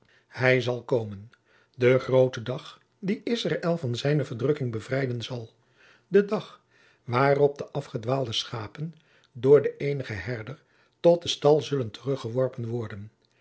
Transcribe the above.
hij zal komen de groote dag die israël van zijne verdrukking bevrijden zal de dag waarop de afgedwaalde schapen door den eenigen herder tot den stal zullen teruggeworpen worden